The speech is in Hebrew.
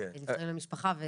אני